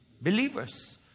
Believers